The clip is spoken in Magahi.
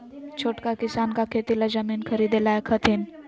छोटका किसान का खेती ला जमीन ख़रीदे लायक हथीन?